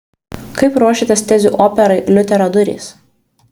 kaip ruošiatės tezių operai liuterio durys